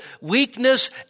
weakness